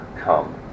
come